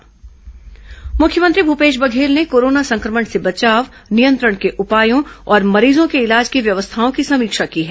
corona मुख्यमंत्री समीक्षा बैठक मुख्यमंत्री भूपेश बघेल ने कोरोना संक्रमण से बचाव नियंत्रण के उपायों और मरीजों के इलाज की व्यवस्थाओं की समीक्षा की है